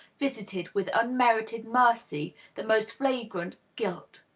visited with unmerited mercy the most flagrant guilt?